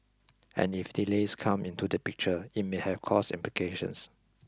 and if delays come into the picture it may have cost implications